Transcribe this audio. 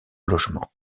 logements